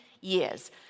years